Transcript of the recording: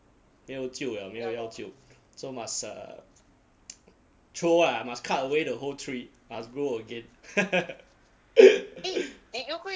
没有救了没有药救 so must uh throw ah must cut away the whole tree must grow again